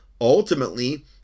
ultimately